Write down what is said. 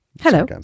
Hello